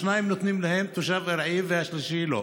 שניים נותנים להם תושב ארעי והשלישי לא?